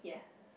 yeah